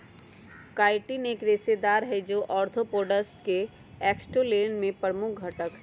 chitin एक रेशेदार हई, जो आर्थ्रोपोड्स के एक्सोस्केलेटन में प्रमुख घटक हई